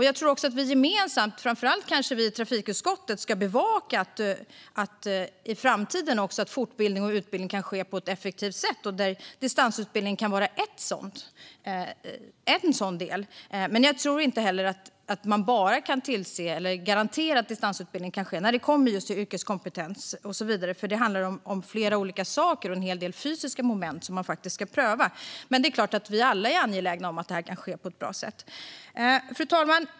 Jag tror framför allt att vi i trafikutskottet gemensamt ska bevaka att fortbildning och utbildning kan ske på ett effektivt sätt också i framtiden, och distansutbildning kan vara ett sådant sätt. Jag tror dock inte att man kan garantera att bara distansutbildning kan genomföras när det kommer till yrkeskompetens, för det handlar om flera olika saker och en hel del fysiska moment som ska prövas. Men det är klart att vi alla är angelägna om att det här kan ske på ett bra sätt. Fru talman!